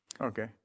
Okay